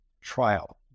trial